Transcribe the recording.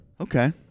Okay